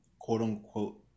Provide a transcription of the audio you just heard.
quote-unquote